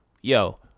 yo